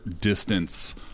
distance